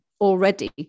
already